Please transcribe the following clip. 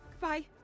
Goodbye